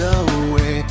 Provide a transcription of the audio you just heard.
away